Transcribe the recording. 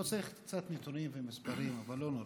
לא, צריך קצת נתונים ומספרים, אבל לא נורא,